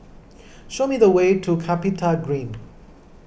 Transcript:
show me the way to CapitaGreen